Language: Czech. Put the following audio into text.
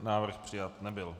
Návrh přijat nebyl.